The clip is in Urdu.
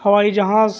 ہوائی جہاز